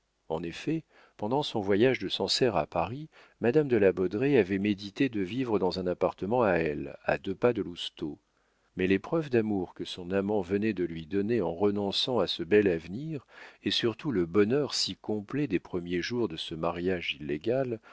en effet pendant son voyage de sancerre à paris madame de la baudraye avait médité de vivre dans un appartement à elle à deux pas de lousteau mais les preuves d'amour que son amant venait de lui donner en renonçant à ce bel avenir et surtout le bonheur si complet des premiers jours de ce mariage illégal